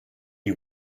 you